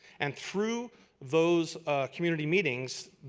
and through those community meetings,